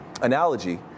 analogy